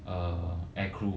uh air crew